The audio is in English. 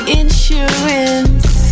insurance